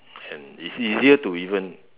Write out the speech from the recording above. and is easier to even